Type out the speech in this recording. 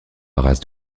haras